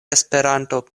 esperanto